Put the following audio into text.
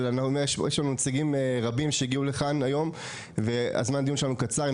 אבל יש לנו נציגים רבים שהגיעו לכאן היום וזמן הדיון שלנו קצר.